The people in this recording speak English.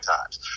times